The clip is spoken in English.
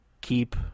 keep